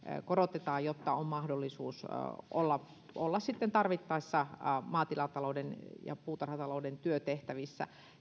korotetaan jotta on mahdollisuus olla olla tarvittaessa maatilatalouden ja puutarhatalouden työtehtävissä